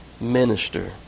minister